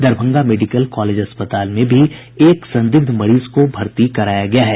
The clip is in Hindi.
दरभंगा मेडिकल कॉलेज अस्पताल में भी एक संदिग्ध मरीज को भर्ती कराया गया है